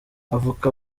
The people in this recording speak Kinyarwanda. avoka